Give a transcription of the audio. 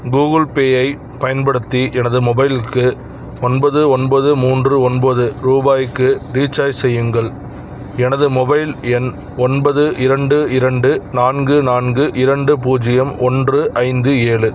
Google பேயைப் பயன்படுத்தி எனது மொபைலுக்கு ஒன்பது ஒன்பது மூன்று ஒன்பது ரூபாய்க்கு ரீசார்ஜ் செய்யுங்கள் எனது மொபைல் எண் ஒன்பது இரண்டு இரண்டு நான்கு நான்கு இரண்டு பூஜ்யம் ஒன்று ஐந்து ஏழு